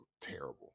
terrible